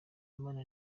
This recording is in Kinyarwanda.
imana